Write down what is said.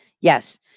Yes